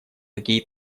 какие